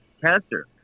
cancer